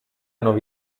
nuove